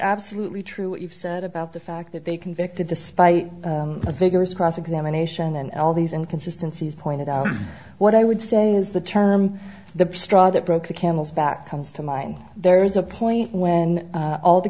absolutely true what you've said about the fact that they convicted despite vigorous cross examination and all these inconsistency is pointed out what i would say is the term the straw that broke the camel's back comes to mind there is a point when all the